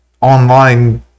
online